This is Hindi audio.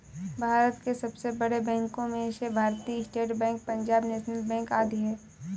भारत के सबसे बड़े बैंको में से भारतीत state bank, Punjab national bank आदि है